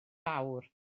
fawr